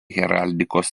heraldikos